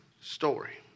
story